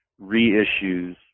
reissues